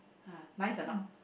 ah nice or not